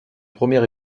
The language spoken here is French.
premier